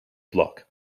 block